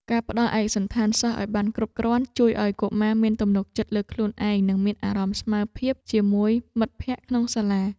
ការផ្តល់ឯកសណ្ឋានសិស្សឱ្យបានគ្រប់គ្រាន់ជួយឱ្យកុមារមានទំនុកចិត្តលើខ្លួនឯង និងមានអារម្មណ៍ស្មើភាពជាមួយមិត្តភក្តិក្នុងសាលា។